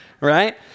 right